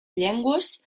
llengües